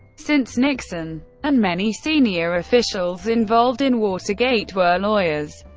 since nixon and many senior officials involved in watergate were lawyers,